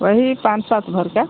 वही पाँच सात भर का